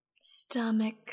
Stomach